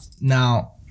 Now